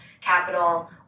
capital